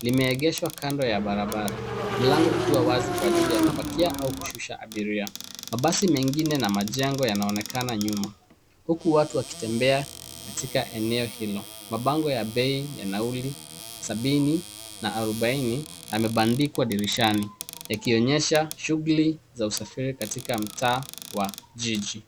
limeegeswa kando ya barabara. Mlango ukiwa wazi kwa ajili ya kupakia au kushusha abiria. Mabasi mengine na majengo yanaonekana nyuma. Huku watu wakitembea katika eneo hilo. Mabango ya Bei ya Nauli, Sabini na Arubaini yamebandikwa dirishani yakionyesha shughuli za usafiri katika mta wa jiji.